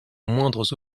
moindres